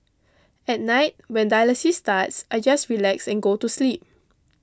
at night when dialysis starts I just relax and go to sleep